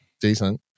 decent